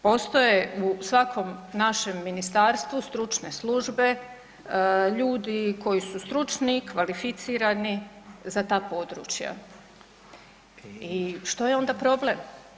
Postoje u svakom našem ministarstvu stručne službe, ljudi koji su stručni, kvalificirani za ta područja i što je onda problem?